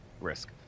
risk